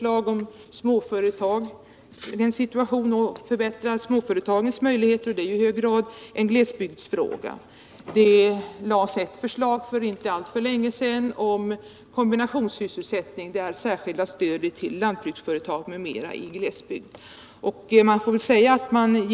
Regeringsförslag har bl.a. lagts om att förbättra småföretagens situation — det är i hög grad en glesbygdsfråga. För inte alltför lång tid sedan framlades exempelvis förslag om särskilt stöd till lantbruksföretag m.m. i glesbygd som är av betydelse för att stödja kombinationssysselsättning.